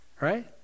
right